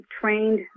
trained